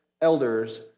elders